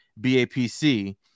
BAPC